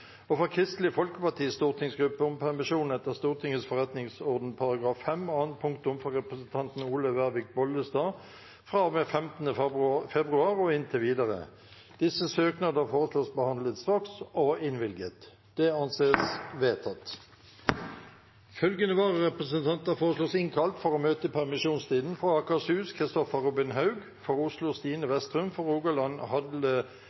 Kristelig Folkepartis stortingsgruppe om permisjon etter Stortingets forretningsordens § 5 annet punktum for representanten Olaug Vervik Bollestad fra og med 15. februar og inntil videre Etter forslag fra presidenten ble enstemmig besluttet: Søknadene behandles straks og innvilges. Følgende vararepresentanter innkalles for å møte i permisjonstiden: For Akershus: Kristoffer Robin Haug For Oslo: Stine